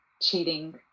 cheating